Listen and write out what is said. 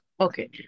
Okay